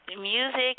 Music